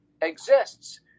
exists